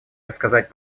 рассказать